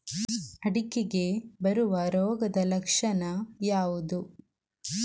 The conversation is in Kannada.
ಅಡಿಕೆಗೆ ಬರುವ ರೋಗದ ಲಕ್ಷಣ ಯಾವುದು?